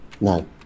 No